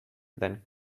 then